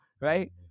right